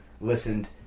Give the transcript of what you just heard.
listened